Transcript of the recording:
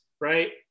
right